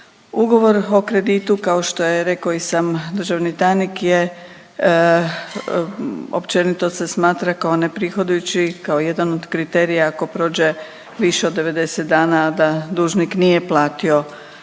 Ugovor o kreditu kao je rekao i sam državni tajnik je općenito se smatra kao neprihodujući kao jedan od kriterija ako prođe više od 90 dana da dužnik nije platio